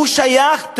הוא שייך,